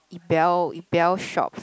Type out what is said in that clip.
ebal ebal shops